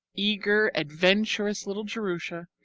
eager, adventurous little jerusha,